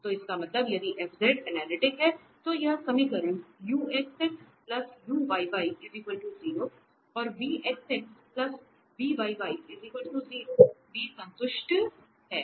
तो इसका मतलब यदि f अनलिटिक है तो यह समीकरण और भी संतुष्ट है